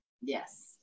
Yes